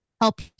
help